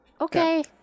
Okay